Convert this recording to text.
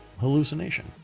hallucination